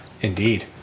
Indeed